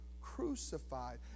crucified